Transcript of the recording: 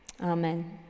Amen